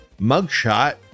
mugshot